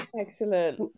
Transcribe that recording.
Excellent